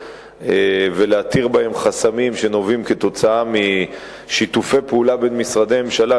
ולהתיר חסמים שנובעים משיתופי פעולה בין משרדי ממשלה,